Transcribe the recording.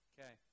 Okay